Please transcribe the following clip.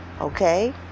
Okay